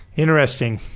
interesting.